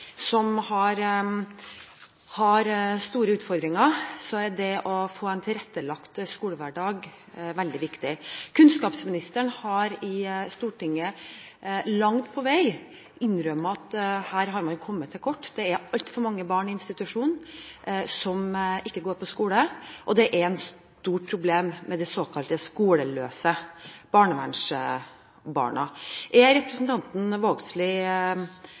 unge som har store utfordringer, er det å få en tilrettelagt skolehverdag veldig viktig. Kunnskapsministeren har i Stortinget langt på vei innrømmet at man her har kommet til kort. Det er altfor mange barn i institusjon som ikke går på skole, og det er et stort problem med de såkalt skoleløse barnevernsbarna. Er representanten Vågslid